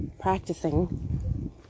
practicing